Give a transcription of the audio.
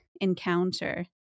encounter